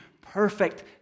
perfect